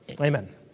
Amen